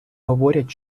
говорять